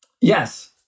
yes